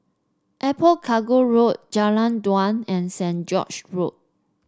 Airport Cargo Road Jalan Dua and Saint George Road